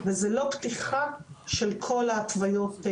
וזוהי לא פתיחה של כל ההתוויות.